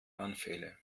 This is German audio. anfälle